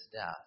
death